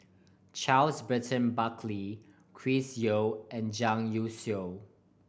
Charles Burton Buckley Chris Yeo and Zhang Youshuo